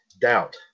doubt